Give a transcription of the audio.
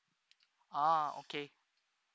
ah okay